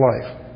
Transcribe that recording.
life